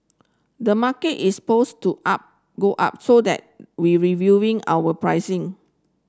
the market is poised to up go up so that we reviewing our pricing